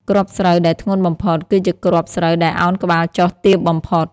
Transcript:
គ្រាប់ស្រូវដែលធ្ងន់បំផុត គឺជាគ្រាប់ស្រូវដែលឱនក្បាលចុះទាបបំផុត។